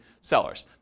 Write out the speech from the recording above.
sellers